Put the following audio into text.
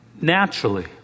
naturally